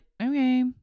okay